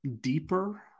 deeper